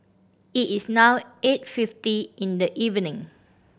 it is now eight fifty in the evening